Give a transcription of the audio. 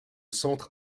centre